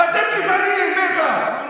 אתם גזענים, בטח.